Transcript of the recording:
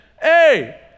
Hey